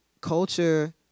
culture